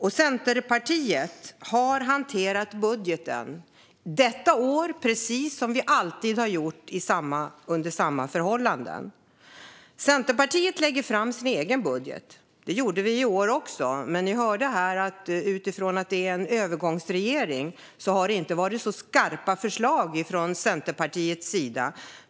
Centerpartiet har detta år hanterat budgeten precis som vi alltid har gjort under samma förhållanden. Centerpartiet lägger fram sin egen budget. Det gjorde vi i år också, men ni hörde här att förslagen inte har varit så skarpa från Centerpartiets sida eftersom vi har en övergångsregering.